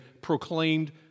proclaimed